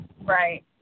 Right